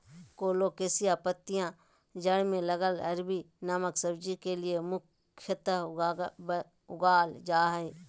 colocasia पत्तियां जड़ में लगल अरबी नामक सब्जी के लिए मुख्यतः उगाल जा हइ